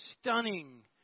stunning